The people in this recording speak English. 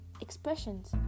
expressions